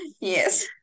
yes